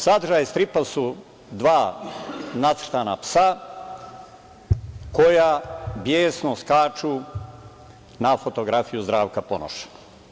Sadržaj stripa su dva nacrtana psa koja besno skaču na fotografiju Zdravka Ponoša.